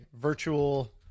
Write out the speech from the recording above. virtual